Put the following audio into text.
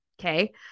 okay